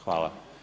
Hvala.